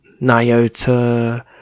Nyota